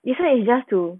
isn't it it's just too